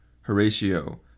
Horatio